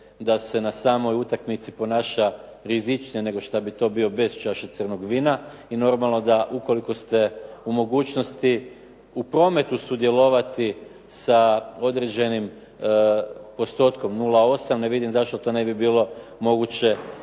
da se na samoj utakmici ponaša rizičnije nego što bi to bio bez čaše crnog vina. I normalno ukoliko ste u mogućnosti u prometu sudjelovati sa određeni postotkom 0,8 ne vidim zašto to ne bi bilo moguće